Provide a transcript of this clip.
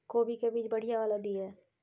कोबी के बीज बढ़ीया वाला दिय?